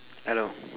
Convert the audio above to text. hello